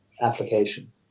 application